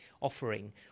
offering